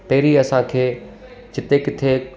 पहिरीं असांखे जिते किथे